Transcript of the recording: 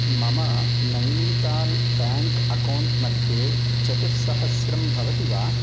मम Nainital bank account मध्ये चतुस्सहस्रं भवति वा